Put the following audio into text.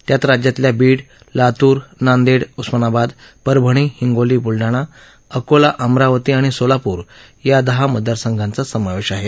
त्यात राज्यातल्या बीड लातूर नांदेड उस्मानाबाद परभणी हिंगोली बुलडाणा अकोला अमरावती आणि सोलापूर या दहा मतदार संघाचा समावेश आहे